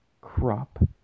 crop